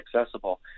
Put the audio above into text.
accessible